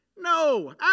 No